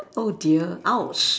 oh dear ouch